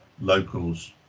locals